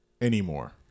anymore